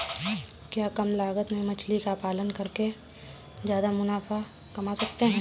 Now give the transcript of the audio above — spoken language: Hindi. क्या कम लागत में मछली का पालन करके ज्यादा मुनाफा कमा सकते हैं?